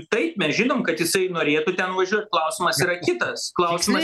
taip mes žinom kad jisai norėtų ten važiuot klausimas yra kitas klausimas